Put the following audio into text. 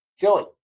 Joey